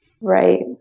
right